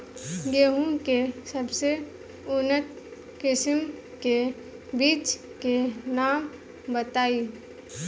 गेहूं के सबसे उन्नत किस्म के बिज के नाम बताई?